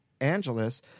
Angeles